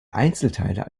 einzelteile